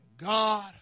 God